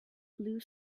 blue